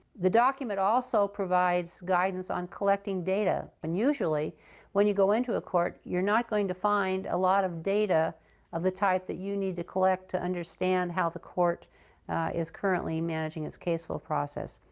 the document also provides guidance on collecting data. and usually when you go into a court, you're not going to find a lot of data of the type that you need to collect to understand how the court is currently managing its caseflow process.